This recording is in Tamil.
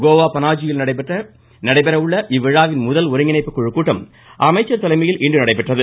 கோவா பனாஜியில் நடைபெற உள்ள இவ்விழாவின் முதல் ஒருங்கிணைப்பு குழு கூட்டம் அமைச்சர் தலைமையில் இன்று நடைபெற்றது